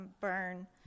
burn